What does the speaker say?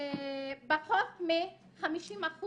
פחות מ-50%